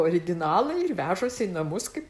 originalai ir vežasi į namus kaip